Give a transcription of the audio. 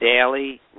daily